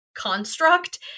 construct